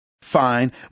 fine